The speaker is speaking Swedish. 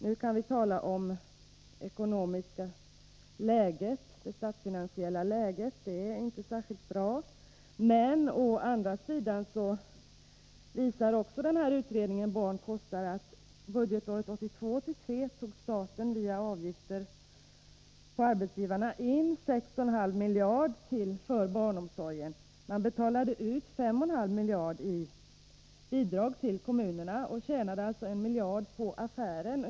Nu kan vi tala om det statsfinansiella läget, som inte är särskilt bra. Å andra sidan visar utredningen Barn kostar att staten budgetåret 1982/83 via avgifter på arbetsgivarna tog in 6,5 miljarder kronor för barnomsorgen, men man betalade bara ut 5,5 miljarder kronor i bidrag till kommunerna. Staten tjänade alltså en miljard på affären.